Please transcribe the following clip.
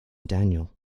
daniel